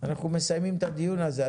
אנחנו מסיימים את הדיון הזה,